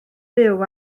fyw